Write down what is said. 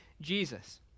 Jesus